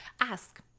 ask